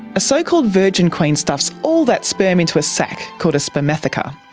a so-called virgin queen stuffs all that sperm into a sack, called a spermathaca,